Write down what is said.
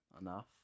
enough